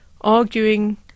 arguing